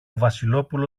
βασιλόπουλο